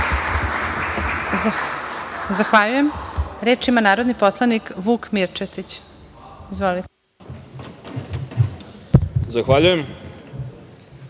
Zahvaljujem. Reč ima narodni poslanik Vuk Mirčetić. Izvolite.